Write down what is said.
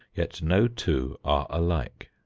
yet no two are alike.